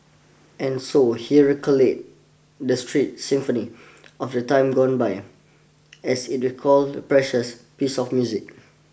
and so heroically the street symphony of the time gone by as it recall precious piece of music